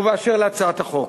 ובאשר להצעת החוק.